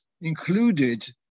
included